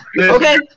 Okay